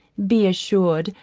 be assured,